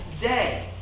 day